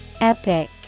Epic